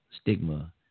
Stigma